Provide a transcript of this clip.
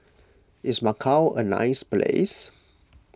is Macau a nice place